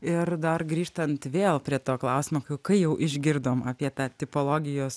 ir dar grįžtant vėl prie to klausimo kai jau išgirdom apie tą tipologijos